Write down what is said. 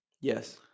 Yes